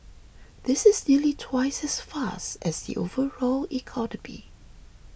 this is nearly twice as fast as the overall economy